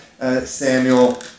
Samuel